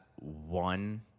one